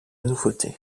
nouveauté